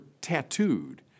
tattooed